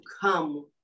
come